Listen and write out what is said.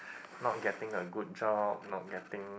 not getting a good job not getting